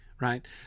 right